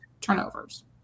turnovers